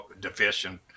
deficient